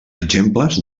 exemples